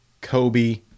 Kobe